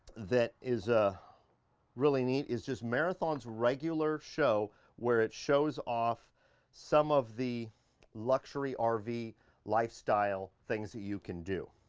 that is ah really neat is just marathons regular show where it shows off some of the luxury um rv lifestyle lifestyle things that you can do.